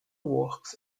works